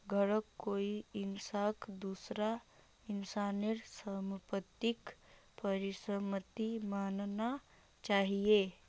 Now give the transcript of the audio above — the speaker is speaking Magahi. घरौंक कोई इंसानक दूसरा इंसानेर सम्पत्तिक परिसम्पत्ति मानना चाहिये